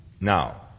Now